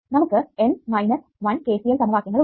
നമുക്ക് N minus 1 KCL സമവാക്യങ്ങൾ ഉണ്ട്